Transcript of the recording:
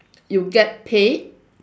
you get paid